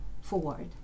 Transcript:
forward